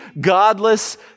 godless